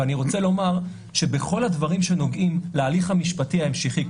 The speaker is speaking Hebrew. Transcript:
ואני רוצה לומר שבכל הדברים שנוגעים להליך המשפטי ההמשכי,